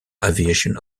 aviation